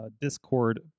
discord